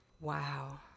Wow